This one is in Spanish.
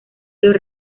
los